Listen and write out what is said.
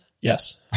Yes